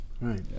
Right